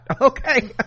Okay